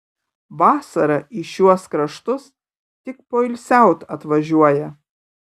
vasarą į šiuos kraštus tik poilsiaut atvažiuoja